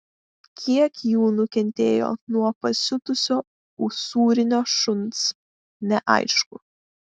kiek jų nukentėjo nuo pasiutusio usūrinio šuns neaišku